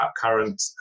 current